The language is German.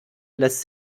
lässt